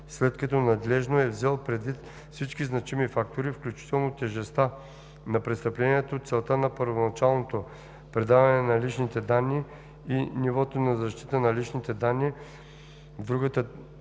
след като надлежно е взел предвид всички значими фактори, включително тежестта на престъплението, целта на първоначалното предаване на личните данни и нивото на защита на личните данни в другата трета